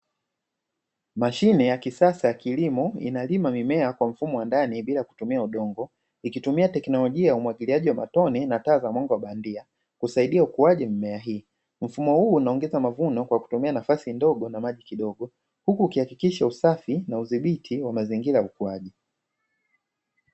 Mashine yakisasa ya kilimo inalima mimea kwa mfumo wa ndani bila kutumia udongo ikitumia teknlojia ya umwagiliaji wa matone na taa za mwanga wa bandia kusaidia ukuaji wa mimea hii, mfumo huu unaongea mavuno kwakutumia nafasi ndogo na maji kidogo, huku ukihakikisha usafi na uzibiti wa mazingira ya ukuaji.